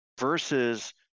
versus